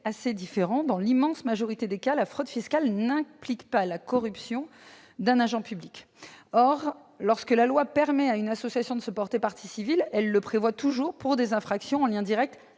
assez différents : dans l'immense majorité des cas, la fraude fiscale n'implique pas la corruption d'un agent public. Or, lorsque la loi permet à une association de se porter partie civile, elle le prévoit toujours pour des infractions en lien direct